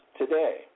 today